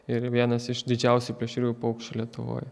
ir vienas iš didžiausių plėšriųjų paukščių lietuvoj